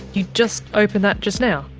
you just opened that just now?